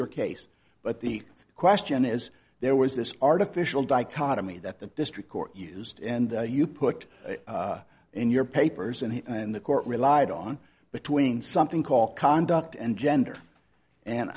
your case but the question is there was this artificial dichotomy that the district court used and you put in your papers and the court relied on between something called conduct and gender and